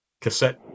cassette